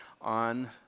on